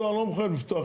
בנק הדואר לא מחויב לפתוח.